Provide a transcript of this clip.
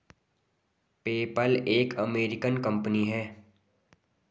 PayPal एक American company है